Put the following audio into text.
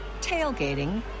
tailgating